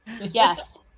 Yes